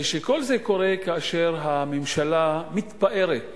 כל זה קורה כאשר הממשלה מתפארת